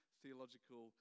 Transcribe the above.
theological